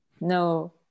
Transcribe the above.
No